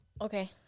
Okay